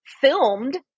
filmed